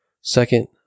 Second